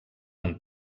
amb